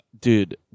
Dude